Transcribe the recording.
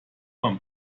man